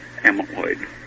amyloid